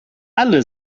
alle